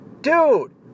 Dude